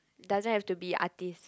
doesn't have to be artiste